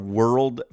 world